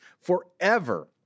forever